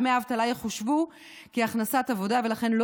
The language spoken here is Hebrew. דמי האבטלה יחושבו כהכנסת עבודה ולכן לא